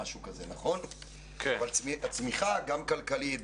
אבל צמיחה גם כלכלית,